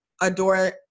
adore